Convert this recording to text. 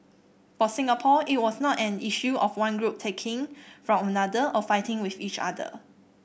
for Singapore it was not an issue of one group taking from another or fighting with each other